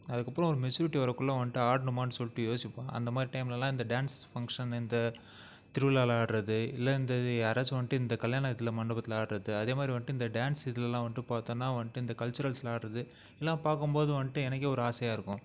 அதுக்கப்புறம் ஒரு மெச்சூரிட்டி வரக்குள்ளே வந்துட்டு ஆடணுமான்னு சொல்லிட்டு யோசிப்போம் அந்த மாதிரி டைம்லெல்லாம் இந்த டான்ஸ் ஃபங்க்ஷன் இந்த திருவிழால ஆடுறது இல்லை இந்த யாராச்சும் வந்துட்டு இந்த கல்யாணத்தில் மண்டபத்தில் ஆடுறது அதே மாதிரி வந்துட்டு இந்த டான்ஸ் இதுலெல்லாம் வந்துட்டு பார்த்தோன்னா வந்துட்டு இந்த கல்ச்சுரல்ஸ்சில் ஆடுறது எல்லாம் பார்க்கும்போது வந்துட்டு எனக்கே ஒரு ஆசையாக இருக்கும்